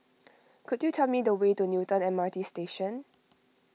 could you tell me the way to Newton M R T Station